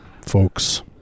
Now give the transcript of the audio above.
folks